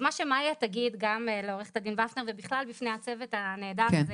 אז מה שמאיה תגיד גם לעו"ד ופנר ובכלל בפני הצוות הנהדר.